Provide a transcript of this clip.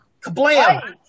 Kablam